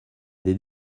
des